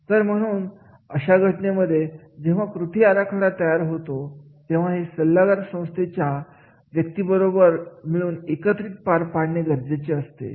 तर म्हणून अशा घटनेमध्ये जेव्हा कृती आराखडा तयार होतो तेव्हा हे सल्लागार संस्थेच्या व्यक्तीं बरोबर मिळवून एकत्रित पार पाडणे गरजेचे असते